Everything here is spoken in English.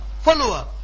follower